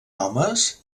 homes